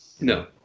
No